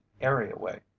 areaway